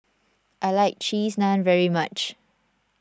I like Cheese Naan very much